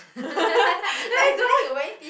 that is why